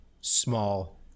small